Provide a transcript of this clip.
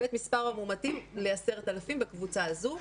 ואת מספר המאומתים ל-10,000 בקבוצת הזו.